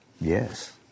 Yes